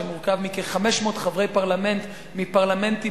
שמורכבת מכ-500 חברי פרלמנט מפרלמנטים